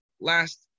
last